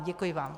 Děkuji vám.